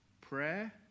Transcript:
prayer